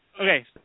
Okay